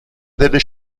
delle